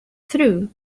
through